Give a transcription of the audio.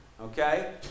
Okay